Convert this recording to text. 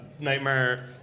Nightmare